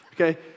okay